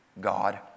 God